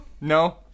No